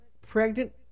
pregnant